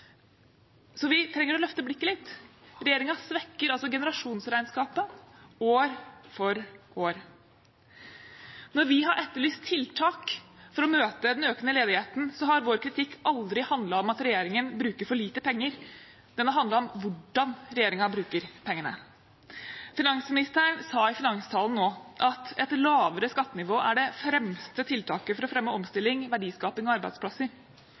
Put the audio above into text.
Vi trenger å løfte blikket litt. Regjeringen svekker altså generasjonsregnskapet år for år. Når vi har etterlyst tiltak for å møte den økende ledigheten, har vår kritikk aldri handlet om at regjeringen bruker for lite penger. Den har handlet om hvordan regjeringen bruker pengene. Finansministeren sa i finanstalen nå at et lavere skattenivå er det fremste tiltaket for å fremme omstilling, verdiskaping og arbeidsplasser.